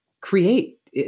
create